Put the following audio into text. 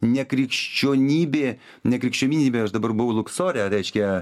ne krikščionybė ne krikščionybė aš dabar buvau luksore reiškia